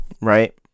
right